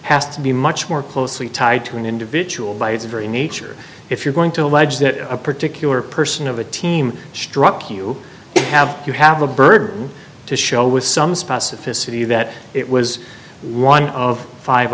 has to be much more closely tied to an individual by its very nature if you're going to allege that a particular person of a team struck you have you have a burden to show with some specificity that it was one of five